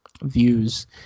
views